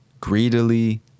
greedily